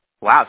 Wow